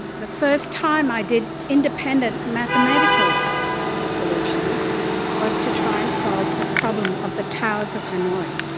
the first time i did independent mathematical solutions was to try and solve the problem of the towers of hanoi.